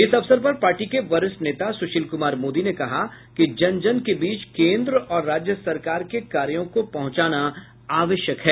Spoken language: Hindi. इस अवसर पर पार्टी के वरिष्ठ नेता सुशील कुमार मोदी ने कहा कि जन जन के बीच केन्द्र और राज्य सरकार के कार्यो को पहुंचाना आवश्यक है